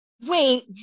Wait